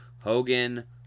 Hogan